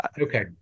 okay